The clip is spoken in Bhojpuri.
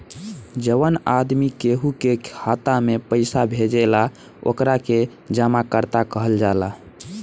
जवन आदमी केहू के खाता में पइसा भेजेला ओकरा के जमाकर्ता कहल जाला